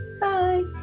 Bye